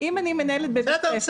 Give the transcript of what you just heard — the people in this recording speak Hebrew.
אם אני מנהלת בבית ספר --- הבנו.